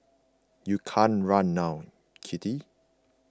you can't run now kitty